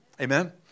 Amen